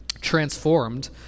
transformed